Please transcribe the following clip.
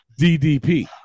ddp